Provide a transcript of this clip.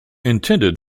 intended